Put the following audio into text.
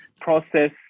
process